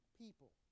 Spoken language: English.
people